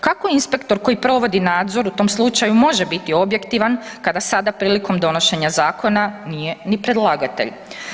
Kako inspektor koji provodi nadzor u tom slučaju može biti objektivan, kada sada, prilikom donošenja zakona, nije ni predlagatelj?